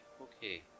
okay